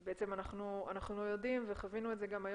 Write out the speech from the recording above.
אבל בעצם אנחנו נוקטים הרבה הרבה הרבה מאוד שלבים